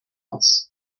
else